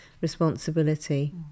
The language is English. responsibility